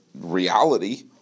reality